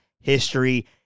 history